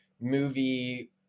movie